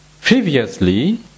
previously